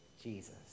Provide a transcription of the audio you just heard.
Jesus